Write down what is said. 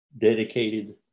dedicated